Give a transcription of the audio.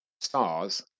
Stars